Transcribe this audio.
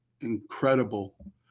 incredible